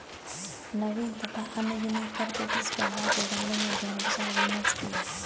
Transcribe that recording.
नवीन तथा अनुज ने कर प्रतिस्पर्धा के बारे में गहन विचार विमर्श किया